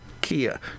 Kia